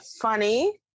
Funny